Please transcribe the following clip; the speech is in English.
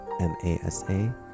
M-A-S-A